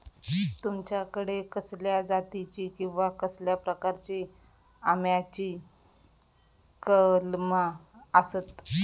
तुमच्याकडे कसल्या जातीची किवा कसल्या प्रकाराची आम्याची कलमा आसत?